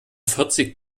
vierzig